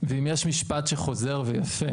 ואם יש משפט שחוזר ויפה